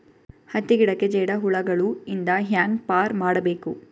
ಹತ್ತಿ ಗಿಡಕ್ಕೆ ಜೇಡ ಹುಳಗಳು ಇಂದ ಹ್ಯಾಂಗ್ ಪಾರ್ ಮಾಡಬೇಕು?